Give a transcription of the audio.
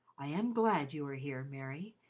i am glad you are here, mary,